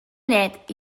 net